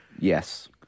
Yes